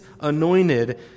anointed